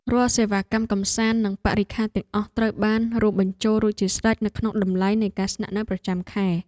រាល់សេវាកម្មកម្សាន្តនិងបរិក្ខារទាំងអស់ត្រូវបានរួមបញ្ចូលរួចជាស្រេចនៅក្នុងតម្លៃនៃការស្នាក់នៅប្រចាំខែ។